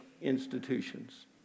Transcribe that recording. institutions